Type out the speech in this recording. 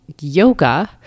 yoga